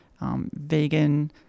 vegan